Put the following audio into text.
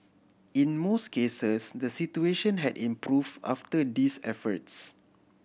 in most cases the situation had improve after these efforts